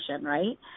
right